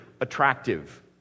attractive